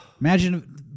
Imagine